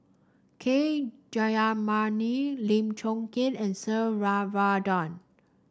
K Jayamani Lim Chong Keat and Sir Varathan